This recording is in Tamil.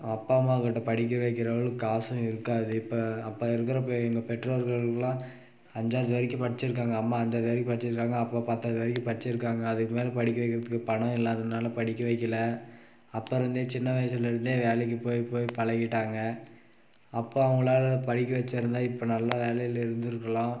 அப்பா அம்மா கிட்டே படிக்க வைக்கிற அளவுக்கு காசும் இருக்காது இப்போ அப்போ இருக்கிற பெ எங்கள் பெற்றோர்களெலாம் அஞ்சாவது வரைக்கும் படிச்சுருக்காங்க அம்மா அஞ்சாவது வரைக்கும் படிச்சுருக்காங்க அப்பா பத்தாவது வரைக்கும் படிச்சுருக்காங்க அதுக்கு மேலே படிக்க வைக்கிறதுக்கு பணம் இல்லாததுனால் படிக்க வைக்கில அப்போருந்தே சின்ன வயசுலிருந்தே வேலைக்கு போய் போய் பழகிட்டாங்க அப்போ அவங்கள படிக்க வச்சுருந்தா இப்போ நல்ல வேலையில் இருந்து இருக்கலாம்